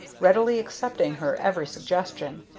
readily accepting her every suggestion,